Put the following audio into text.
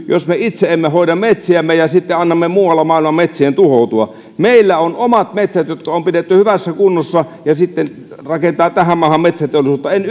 jos me itse emme hoida metsiämme ja sitten annamme muualla maailmassa metsien tuhoutua meillä on omat metsät jotka on pidetty hyvässä kunnossa ja sitten on rakennettu tähän maahan metsäteollisuutta en